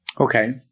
Okay